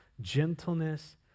gentleness